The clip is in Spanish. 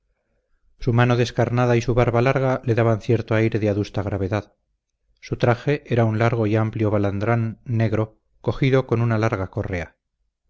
su mano descarnada y su barba larga le daban cierto aire de adusta gravedad su traje era un largo y amplio balandrán negro cogido con una larga correa